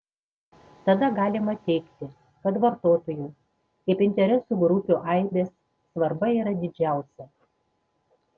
tada galima teigti kad vartotojų kaip interesų grupių aibės svarba yra didžiausia